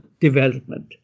development